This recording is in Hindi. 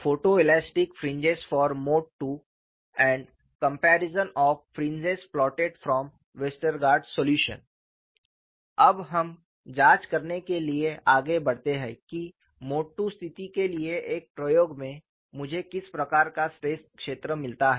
photoelastic fringes for mode II and comparison of fringes plotted from Westergaard solution अब हम जांच करने के लिए आगे बढ़ते हैं कि मोड II स्थिति के लिए एक प्रयोग में मुझे किस प्रकार का स्ट्रेस क्षेत्र मिलता है